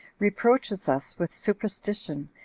reproaches us with superstition,